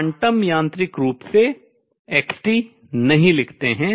quantum यांत्रिक रूप से xt नहीं लिखते हैं